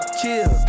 chill